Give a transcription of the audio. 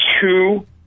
two